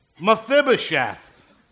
Mephibosheth